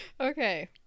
okay